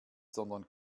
sondern